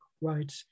right